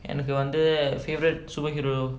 எனக்கு வந்து:enakku vanthu favourite superhero